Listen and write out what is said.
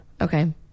Okay